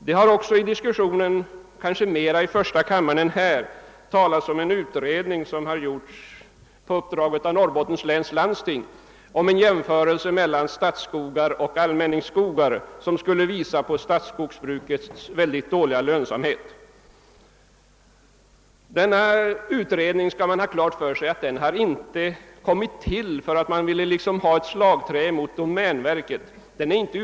| Det har också i diskussionen — kanske mer i första kammaren än här — talats om att en utredning, som gjorts på uppdrag av Norrbottens läns landsting och som avser en jämförelse mellan statsskogar och allmänningsskogar, skulle visa på statsskogsbrukets mycket dåliga lönsamhet. Man bör ha klart för sig att denna utredning inte har företagits för att få ett slagträ mot domänverket.